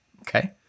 Okay